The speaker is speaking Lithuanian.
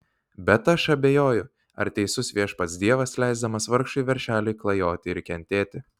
bet aš abejoju ar teisus viešpats dievas leisdamas vargšui veršeliui klajoti ir kentėti